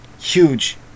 Huge